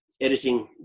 editing